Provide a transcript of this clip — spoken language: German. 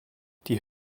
die